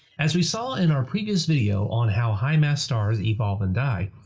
as we saw in our previous video on how high mass stars evolve and die,